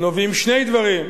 נובעים שני דברים,